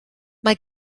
mae